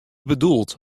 bedoeld